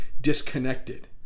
disconnected